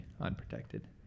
unprotected